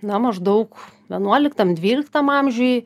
na maždaug vienuoliktam dvyliktam amžiuj